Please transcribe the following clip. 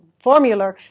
formula